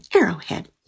arrowhead